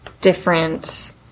different